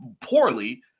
poorly